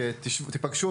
שתיפגשו,